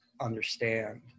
understand